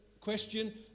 question